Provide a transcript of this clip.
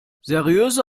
seriöse